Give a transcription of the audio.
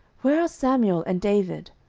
where are samuel and david?